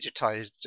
digitized